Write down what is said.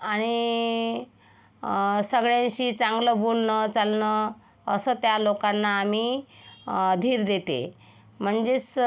आणि सगळ्यांशी चांगलं बोलणं चालणं असं त्या लोकांना आम्ही धीर देते म्हणजे असं